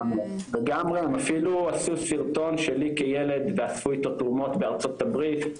לגמרי וגם הם אפילו עשו סרטון שלי כילד ואספו איתו תרומות בארצות הברית,